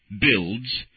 builds